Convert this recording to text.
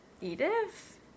edith